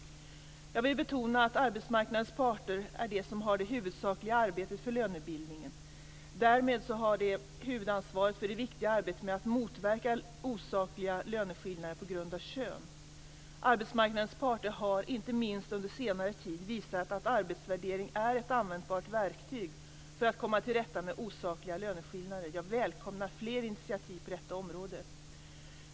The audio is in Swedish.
Jag vill betona att det är arbetsmarknadens parter som har det huvudsakliga ansvaret för lönebildningen. Därmed har de huvudansvaret för det viktiga arbetet med att motverka osakliga löneskillnader på grund av kön. Arbetsmarknadens parter har, inte minst under senare tid, visat att arbetsvärdering är ett användbart verktyg för att komma till rätta med osakliga löneskillnader. Jag välkomnar fler initiativ på detta område.